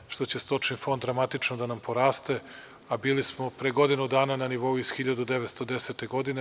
Zato što će stočni fond dramatično da nam poraste, a bilo smo pre godinu dana na nivou iz 1910. godine.